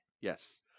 Yes